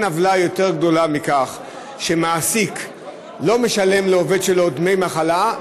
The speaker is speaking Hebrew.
אין עוולה יותר גדולה מכך שמעסיק לא משלם לעובד שלו דמי מחלה,